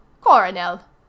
Coronel